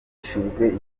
gishinzwe